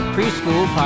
Preschool